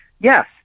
Yes